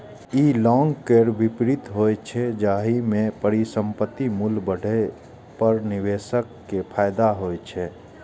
ई long केर विपरीत होइ छै, जाहि मे परिसंपत्तिक मूल्य बढ़ै पर निवेशक कें फायदा होइ छै